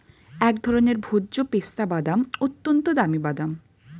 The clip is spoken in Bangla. এক ধরনের ভোজ্য পেস্তা বাদাম, অত্যন্ত দামি বাদাম